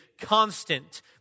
constant